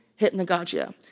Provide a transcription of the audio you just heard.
hypnagogia